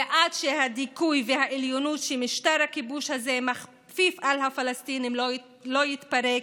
ועד שהדיכוי והעליונות שמשטר הכיבוש הזה מכפיף על הפלסטינים לא יתפרקו,